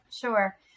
sure